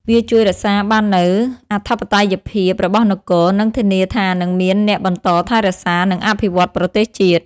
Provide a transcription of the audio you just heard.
វាជួយរក្សាបាននូវអធិបតេយ្យភាពរបស់នគរ និងធានាថានឹងមានអ្នកបន្តថែរក្សា និងអភិវឌ្ឍន៍ប្រទេសជាតិ។